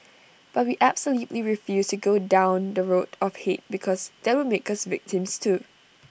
but we absolutely refused to go down the road of hate because that would make us victims too